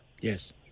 Yes